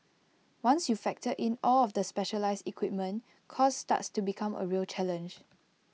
once you factor in all of the specialised equipment cost starts to become A real challenge